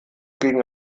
gegen